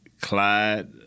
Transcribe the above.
Clyde